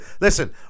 Listen